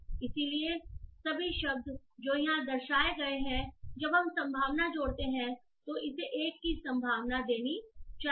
इसलिए सभी शब्द जो यहां दर्शाए गए हैं जब हम संभावना जोड़ते हैं तो इसे 1 की संभावना देनी चाहिए